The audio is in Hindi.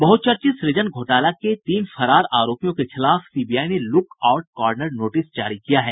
बहुचर्चित सृजन घोटाले के तीन फरार आरोपियों के खिलाफ सीबीआई ने लुक आउट कार्नर नोटिस जारी किया है